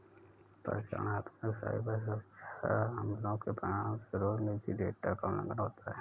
परिचालनात्मक साइबर सुरक्षा हमलों के परिणामस्वरूप निजी डेटा का उल्लंघन होता है